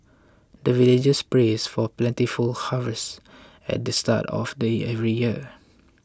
the villagers prays for plentiful harvest at the start of the every year